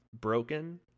broken